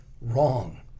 Wrong